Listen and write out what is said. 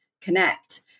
connect